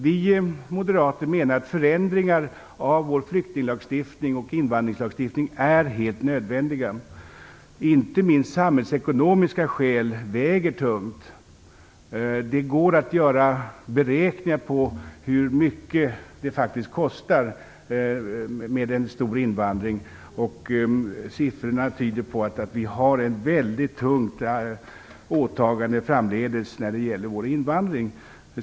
Vi moderater menar att förändringar av vår flykting och invandringslagstiftning är helt nödvändiga, inte minst samhällsekonomiska skäl väger tungt. Det går att göra beräkningar på hur mycket en stor invandring faktiskt kostar. Siffrorna tyder på att vi framdeles kommer att få ett väldigt tungt åtagande när det gäller invandringen.